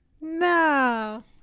No